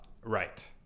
right